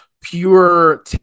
pure